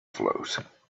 float